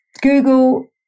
Google